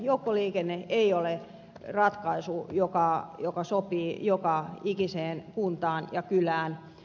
joukkoliikenne ei ole ratkaisu joka sopii joka ikiseen kuntaan ja kylään